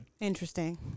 Interesting